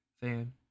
fan